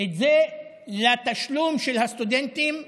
את זה לתשלום של הסטודנטים בארץ.